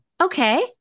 Okay